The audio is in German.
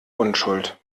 unschuld